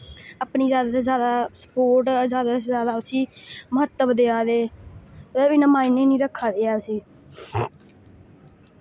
अपनी जैदा त जैदा स्पोर्ट जैदा शा जैदा उस्सी महत्तव देआ दे इन्ना माइने निं रक्खा दे ऐ उस्सी